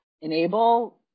enable